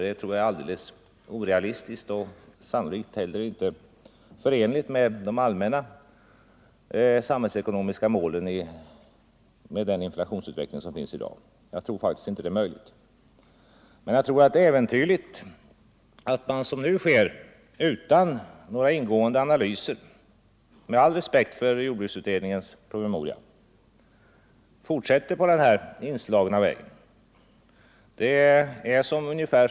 Det tror jag är alldeles orealistiskt och sannolikt - Nr 137 inte heller förenligt med de allmänna samhällsekonomiska målen och Fredagen den med nuvarande inflationsutveckling. Men jag tror med all respekt för 6 december 1974 jordbruksutredningens promemoria att det är äventyrligt att, som nusker, = utan ingående analyser fortsätta på den inslagna vägen. Det är som att Ang.